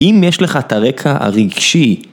אם יש לך את הרקע הרגשי